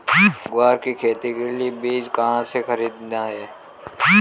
ग्वार की खेती के लिए बीज कहाँ से खरीदने हैं?